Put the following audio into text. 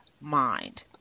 mind